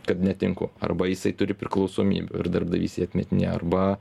kad netinku arba jisai turi priklausomybių ir darbdavys jį atmetinėja arba